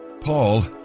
Paul